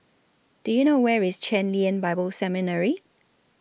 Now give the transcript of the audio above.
Do YOU know Where IS Chen Lien Bible Seminary